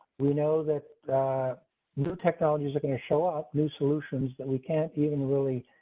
we know that new technologies are going to show up new solutions that we can't even really.